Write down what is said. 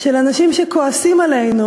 של אנשים שכועסים עלינו,